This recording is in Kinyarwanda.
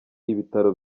ibitaro